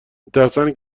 میترسند